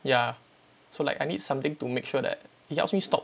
ya so like I need something to make sure that it helps me me stop